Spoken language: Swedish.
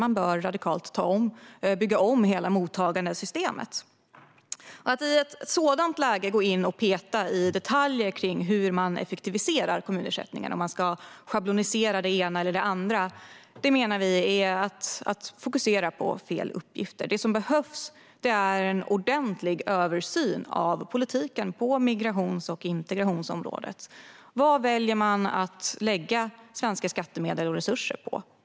Hela mottagandesystemet bör byggas om radikalt. Att i ett sådant läge gå in och peta i detaljer om hur man effektiviserar kommunersättningen, om man ska schablonisera det ena eller det andra, är att fokusera på fel uppgifter. Det som behövs är en ordentlig översyn av politiken på migrations och integrationsområdet. Vad väljer man att lägga svenska skattemedel och resurser på?